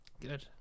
Good